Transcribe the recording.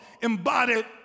embodied